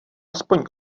aspoň